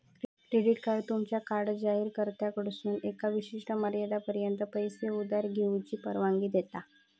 credit card तुमका card जारीकर्त्याकडसून एका विशिष्ट मर्यादेपर्यंत पैसो उधार घेऊची परवानगी देता